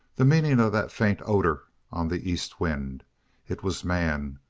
the meaning of that faint odor on the east wind it was man,